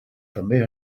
també